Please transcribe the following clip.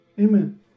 amen